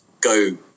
go